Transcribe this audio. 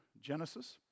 Genesis